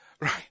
Right